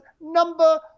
number